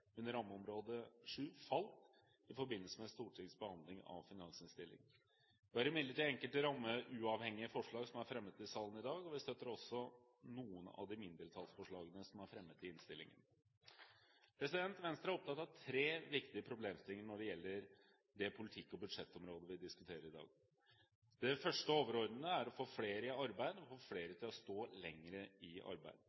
under rammeområde 7 falt i forbindelse med Stortingets behandling av finansinnstillingen. Vi har imidlertid enkelte rammeuavhengige forslag som er fremmet i salen i dag, og vi støtter også noen av de mindretallsforslagene som er fremmet i innstillingen. Venstre er opptatt av tre viktige problemstillinger når det gjelder det politikk- og budsjettområdet vi diskuterer i dag. Det første og overordnede er å få flere i arbeid og få